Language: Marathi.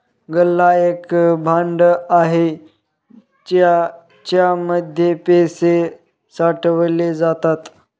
गल्ला एक भांड आहे ज्याच्या मध्ये पैसे साठवले जातात